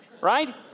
right